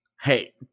Hey